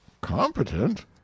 competent